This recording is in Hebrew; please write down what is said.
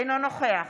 אינו נוכח